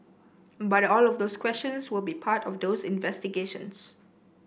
but all of those questions will be part of those investigations